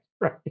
Right